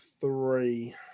three